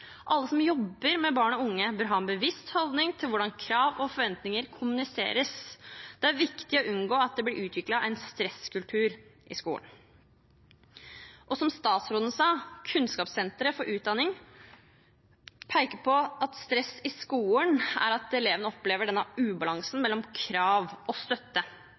som jobber med barn og unge, bør ha en bevisst holdning til hvordan krav og forventninger kommuniseres. Det er viktig å unngå at det utvikles en stresskultur på skolen.» Som statsråden sa, peker Kunnskapssenter for utdanning på at stress i skolen skyldes at elevene opplever en ubalanse mellom krav og støtte.